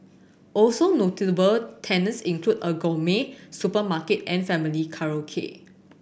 also notable tenants include a gourmet supermarket and family karaoke